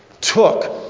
took